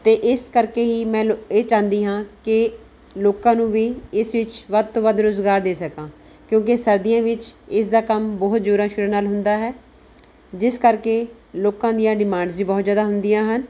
ਅਤੇ ਇਸ ਕਰਕੇ ਹੀ ਮੈਨੂੰ ਇਹ ਚਾਹੁੰਦੀ ਹਾਂ ਕਿ ਲੋਕਾਂ ਨੂੰ ਵੀ ਇਸ ਵਿੱਚ ਵੱਧ ਤੋਂ ਵੱਧ ਰੁਜ਼ਗਾਰ ਦੇ ਸਕਾਂ ਕਿਉਂਕਿ ਸਰਦੀਆਂ ਵਿੱਚ ਇਸ ਦਾ ਕੰਮ ਬਹੁਤ ਜ਼ੋਰਾਂ ਸ਼ੋਰਾਂ ਨਾਲ ਹੁੰਦਾ ਹੈ ਜਿਸ ਕਰਕੇ ਲੋਕਾਂ ਦੀਆਂ ਡਿਮਾਂਡਸ ਵੀ ਬਹੁਤ ਜ਼ਿਆਦਾ ਹੁੰਦੀਆਂ ਹਨ